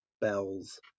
bells